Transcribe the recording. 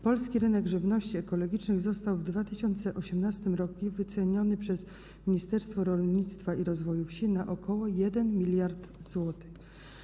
Polski rynek żywności ekologicznej został w 2018 r. wyceniony przez Ministerstwo Rolnictwa i Rozwoju Wsi na ok. 1 mld zł.